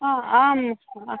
हा आम्